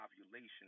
ovulation